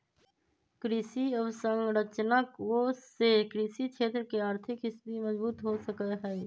कृषि अवसरंचना कोष से कृषि क्षेत्र के आर्थिक स्थिति मजबूत हो सका हई